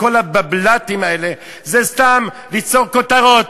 כל הבבל"תים האלה זה סתם ליצור כותרות.